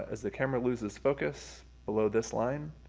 as the camera loses focus below this line,